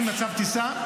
נשים במצב טיסה,